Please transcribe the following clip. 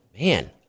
Man